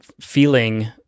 feeling